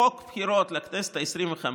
לחוק הבחירות לכנסת העשרים-וחמש,